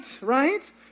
right